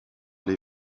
les